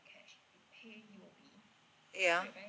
ya